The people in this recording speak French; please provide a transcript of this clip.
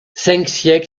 siècle